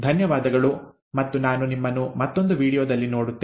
ಧನ್ಯವಾದಗಳು ಮತ್ತು ನಾನು ನಿಮ್ಮನ್ನು ಮತ್ತೊಂದು ವೀಡಿಯೋದಲ್ಲಿ ನೋಡುತ್ತೇನೆ